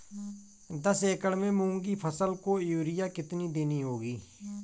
दस एकड़ में मूंग की फसल को यूरिया कितनी देनी होगी?